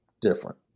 different